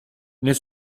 nel